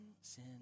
sin